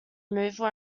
removal